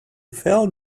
felt